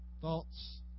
Thoughts